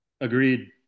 Agreed